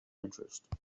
interest